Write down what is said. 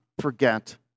forget